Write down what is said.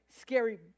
scary